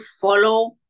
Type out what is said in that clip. follow